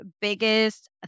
biggest